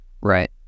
Right